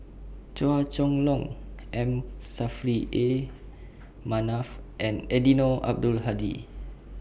Chua Chong Long M Saffri A Manaf and Eddino Abdul Hadi